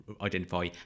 identify